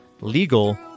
legal